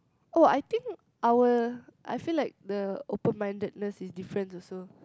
oh I think our I feel like the open mindedness is different also